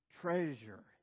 treasure